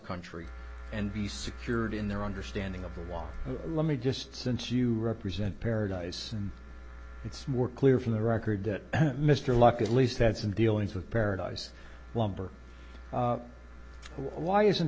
country and be secured in their understanding of the walk let me just since you represent paradise and it's more clear from the record that mr locke at least had some dealings with paradise lumber why isn't